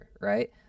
right